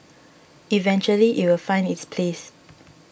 eventually it will find its place